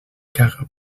caga